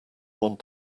want